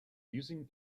using